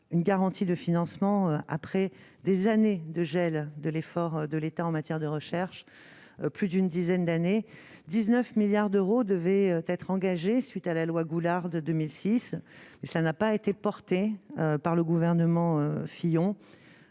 une garantie de financement après des années de gel de l'effort de l'État en matière de recherche plus d'une dizaine d'années 19 milliards d'euros devaient être engagés suite à la loi Goulard de 2006, mais ça n'a pas été porté par le gouvernement Fillon